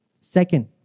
second